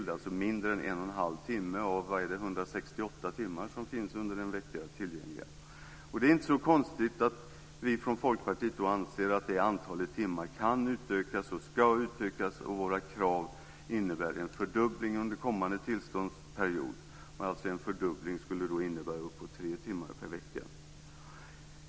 Det är alltså mindre än en och en halv timme av 168 timmar, eller vad det är, som finns tillgängliga under en vecka. Det är inte så konstigt att vi från Folkpartiet anser att det antalet timmar kan utökas och ska utökas, och våra krav innebär en fördubbling under kommande tillståndsperiod. En fördubbling skulle då innebära uppemot tre timmar per vecka.